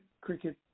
cricket